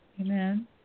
Amen